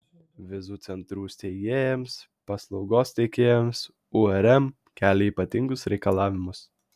vizų centrų steigėjams paslaugos teikėjams urm kelia ypatingus reikalavimus